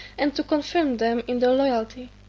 and to confirm them in their loyalty.